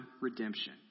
redemption